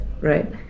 right